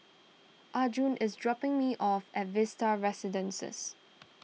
Arjun is dropping me off at Vista Residences